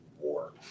war